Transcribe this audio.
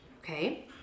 Okay